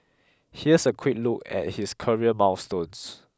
here's a quick look at his career milestones